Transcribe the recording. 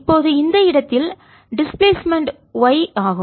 இப்போது இந்த இடத்தில் டிஸ்பிளேஸ்மென்ட் இடப்பெயர்வு y ஆகும்